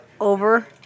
over